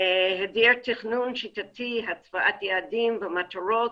היעדר תכנון שיטתי, --- יעדים ומטרות,